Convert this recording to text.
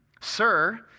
Sir